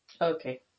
Okay